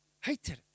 hated